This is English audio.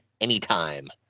anytime